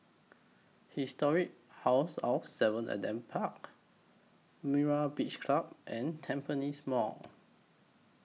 Historic House of seven Adam Park Myra's Beach Club and Tampines Mall